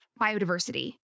biodiversity